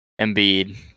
Embiid